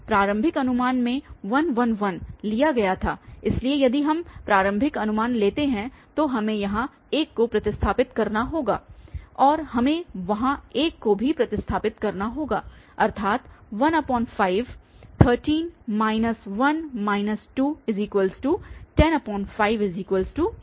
प्रारंभिक अनुमान में 1 1 1 लिया गया था इसलिए यदि हम प्रारंभिक अनुमान लेते हैं तो हमें यहां 1 को प्रतिस्थापित करना होगा और हमें वहां 1 को भी प्रतिस्थापित करना होगा अर्थात 1513 1 21052